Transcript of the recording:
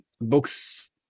books